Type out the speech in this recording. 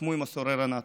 נלחמו בצורר הנאצי,